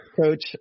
coach